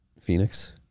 Phoenix